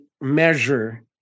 measure